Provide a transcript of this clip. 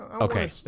okay